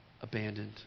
abandoned